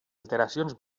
alteracions